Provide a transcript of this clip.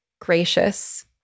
Gracious